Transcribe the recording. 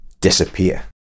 disappear